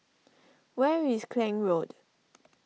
where is Klang Road